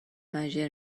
مژر